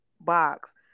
box